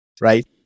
right